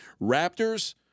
Raptors